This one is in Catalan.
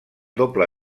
doble